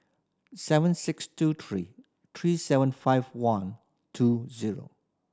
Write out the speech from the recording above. seven six two three three seven five one two zero